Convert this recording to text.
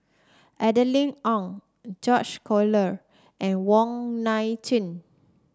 Adeline Ooi George Collyer and Wong Nai Chin